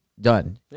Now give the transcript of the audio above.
Done